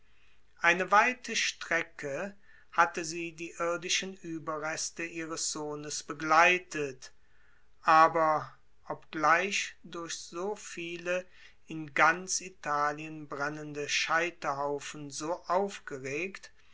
eine weite strecke hatte sie die irdischen ueberreste ihres sohnes begleitet aber obgleich durch so viele in ganz italien brennende scheiterhaufen so aufgeregt